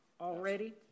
already